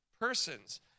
persons